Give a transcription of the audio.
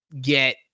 get